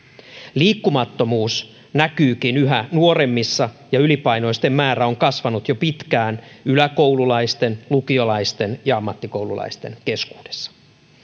liikkumattomuus näkyykin yhä nuoremmissa ja ylipainoisten määrä on kasvanut jo pitkään yläkoululaisten lukiolaisten ja ammattikoululaisten keskuudessa